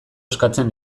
eskatzen